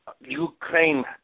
Ukraine